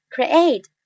Create